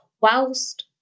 whilst